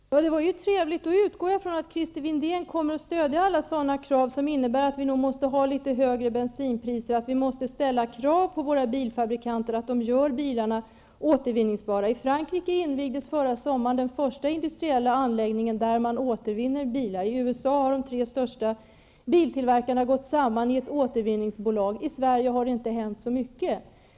Herr talman! Det var ju trevligt. Då utgår jag från att Christer Windén kommer att stödja alla sådana krav som innebär att vi måste ha högre bensinpriser och måste ställa krav på bilfabrikanterna att göra bilarna återvinningsbara. I Frankrike invigdes förra sommaren den första industriella anläggningen där bilar återvinns. I USA har de tre största biltillverkarna gått samman i ett återvinningsbolag. I Sverige har det inte hänt så mycket.